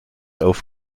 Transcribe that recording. auf